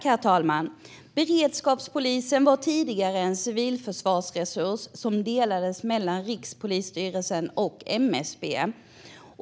Herr talman! Beredskapspolisen var tidigare en civilförsvarsresurs som delades mellan Rikspolisstyrelsen och MSB.